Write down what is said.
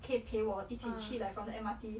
可以陪我一起去 like from the M_R_T